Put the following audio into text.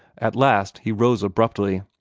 at last he rose abruptly.